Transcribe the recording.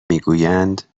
میگویند